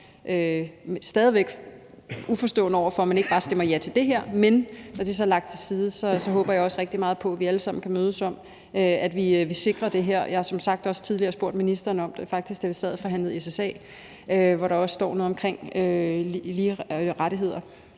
stadig væk uforstående over for, at man ikke bare stemmer ja til det her, men når det så er lagt til side, håber jeg også rigtig meget på, at vi alle sammen kan mødes om, at vi vil sikre det her. Jeg har som sagt også tidligere spurgt ministeren om det – faktisk da vi sad og forhandlede SSA, hvor der også står noget omkring lige rettigheder